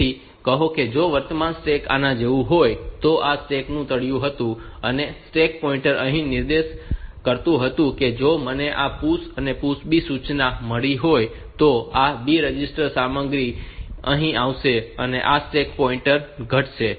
તેથી કહો કે જો વર્તમાન સ્ટેક આના જેવું હોય તો આ સ્ટેક નું તળિયું હતું અને સ્ટેક પોઇન્ટર અહીં નિર્દેશ કરતું હતું અને જો મને આ PUSH B સૂચના મળી હોય તો આ B રજિસ્ટર સામગ્રી અહીં આવશે અને આ સ્ટેક પોઇન્ટર ઘટશે